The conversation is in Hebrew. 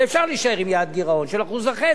ואפשר להישאר עם יעד גירעון של 1.5%,